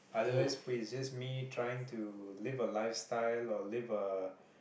otherwise it's just me trying to live a lifestyle or live a